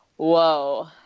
Whoa